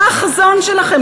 מה החזון שלכם?